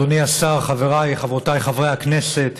אדוני השר, חבריי וחברותיי חברי הכנסת,